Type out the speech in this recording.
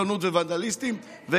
שלי,